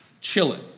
chilling